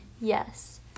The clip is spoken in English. Yes